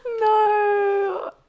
No